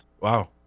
Wow